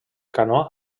canó